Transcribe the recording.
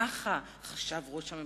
ככה, חשב ראש הממשלה,